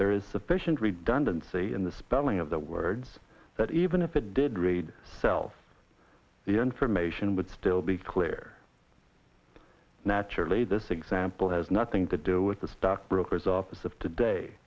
there is sufficient redundancy in the spelling of the words that even if it did read self the information would still be clear naturally this example has nothing to do with the stockbroker's office of today